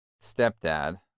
stepdad